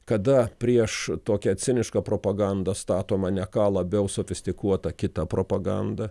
kada prieš tokią cinišką propagandą statoma ne ką labiau sofistikuota kita propaganda